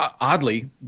oddly